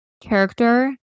character